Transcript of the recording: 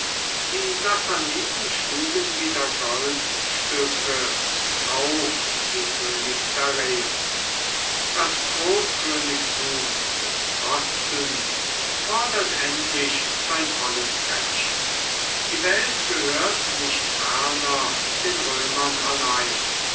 die sassaniden schlugen wieder goldstücke auch wie könig dareios das großkönigtum des ostens fordert endlich sein volles recht die welt gehört nicht ferner den römern allein